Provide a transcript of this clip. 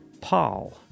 paul